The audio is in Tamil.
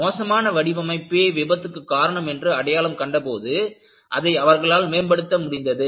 மோசமான வடிவமைப்பே விபத்துக்கு காரணம் என்று அடையாளம் கண்டபோது அதை அவர்களால் மேம்படுத்த முடிந்தது